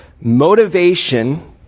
motivation